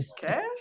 cash